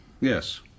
Yes